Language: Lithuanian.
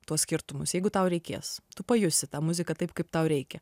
tuos skirtumus jeigu tau reikės tu pajusi tą muziką taip kaip tau reikia